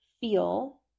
feel